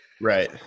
Right